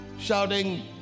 shouting